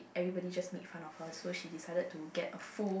everybody just made fun of her so she decided to get a full